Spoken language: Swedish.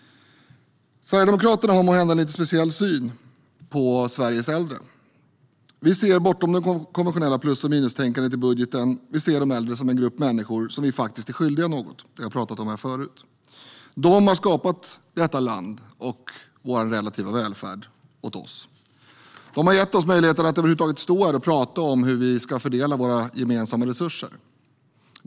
Sverigedemokraterna har måhända en lite speciell syn på Sveriges äldre. Vi ser bortom det konventionella plus och minustänkandet i budgeten. Vi ser de äldre som en grupp människor som vi faktiskt är skyldiga något. Det har vi pratat om här förut. De har skapat detta land och vår relativa välfärd åt oss. De har gett oss möjligheten att överhuvudtaget stå här och tala om hur vi ska fördela våra gemensamma resurser.